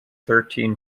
thirteen